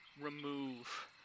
remove